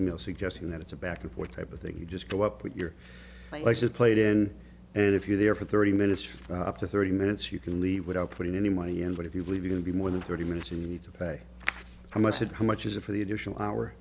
e mail suggesting that it's a back and forth type of thing you just go up with your license plate in and if you're there for thirty minutes for up to thirty minutes you can leave without putting any money in but if you believe you can be more than thirty minutes you need to pay how much did how much is it for the additional hour